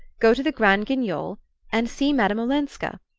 go to the grand-guignol and see madame olenska.